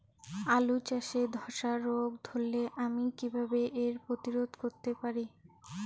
আলু চাষে ধসা রোগ ধরলে আমি কীভাবে এর প্রতিরোধ করতে পারি?